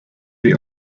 the